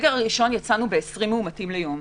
- מהסגר הראשון יצאנו ב-20 מאומתים ליום.